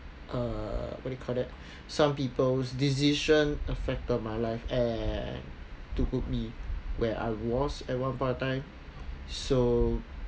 uh what you call that some people's decision affected my life eh took me where I was at one point of time so